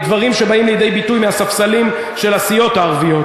הדברים שבאים לידי ביטוי בספסלים של הסיעות הערביות,